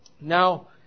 Now